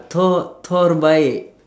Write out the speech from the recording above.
thor thor baik